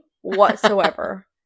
whatsoever